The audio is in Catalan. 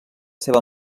seva